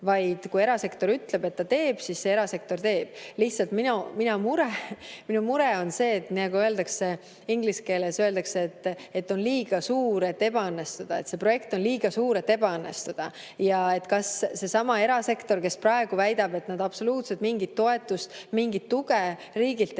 vaid kui erasektor ütleb, et ta teeb, siis erasektor teeb. Lihtsalt minu mure on see, nagu inglise keeles öeldakse, et see on liiga suur, et ebaõnnestuda, see projekt on liiga suur, et ebaõnnestuda. Ja kas seesama erasektor, kes praegu väidab, et nad absoluutselt mingit toetust, mingit tuge riigilt ei vaja,